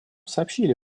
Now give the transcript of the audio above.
сообщили